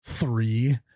Three